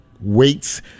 Weights